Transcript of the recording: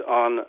on